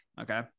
okay